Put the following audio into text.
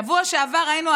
בשבוע שעבר ראינו,